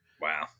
wow